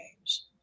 games